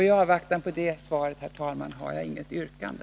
I avvaktan på det svaret har jag inget yrkande.